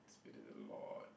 it's been a lot